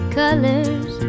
colors